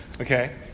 Okay